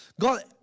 God